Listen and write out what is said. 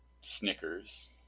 Snickers